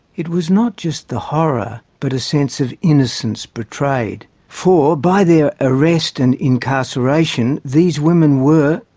it was not just the horror, but a sense of innocence betrayed. for by their arrest and incarceration, these women were,